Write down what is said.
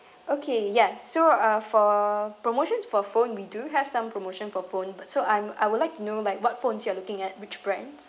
okay ya so uh for promotions for phone we do have some promotion for phone but so I'm I would like to know like what phones you are looking at which brands